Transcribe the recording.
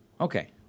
Okay